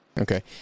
okay